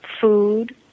food